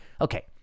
okay